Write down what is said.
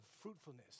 fruitfulness